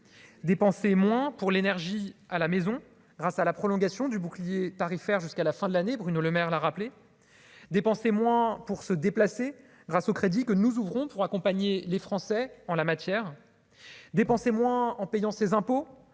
dépenser moins pour l'énergie à la maison, grâce à la prolongation du bouclier tarifaire jusqu'à la fin de l'année, Bruno Lemaire là rappeler dépenser moins pour se déplacer, grâce aux crédits que nous ouvrons pour accompagner les Français en la matière, dépenser moins en payant ses impôts,